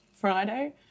Friday